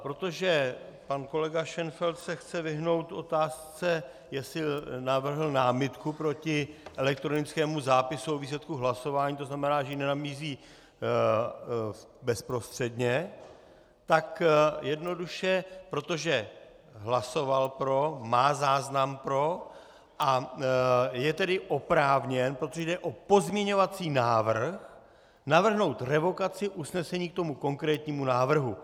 Protože pan kolega Šenfeld se chce vyhnout otázce, jestli navrhl námitku proti elektronickému zápisu o výsledku hlasování, to znamená, že ji nenabízí bezprostředně, tak jednoduše protože hlasoval pro, má záznam pro, a je tedy oprávněn, protože jde o pozměňovací návrh, navrhnout revokaci usnesení k tomu konkrétnímu návrhu.